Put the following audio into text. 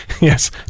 Yes